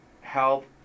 help